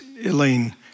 Elaine